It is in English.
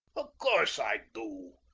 of course i do.